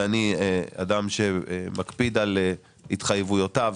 ואני אדם שמקפיד על התחייבויותיו,